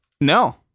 No